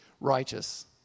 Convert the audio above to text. righteous